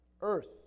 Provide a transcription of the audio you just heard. earth